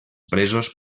presos